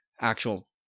actual